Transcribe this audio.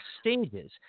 stages